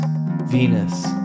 Venus